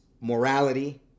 morality